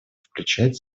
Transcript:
включать